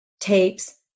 tapes